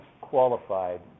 qualified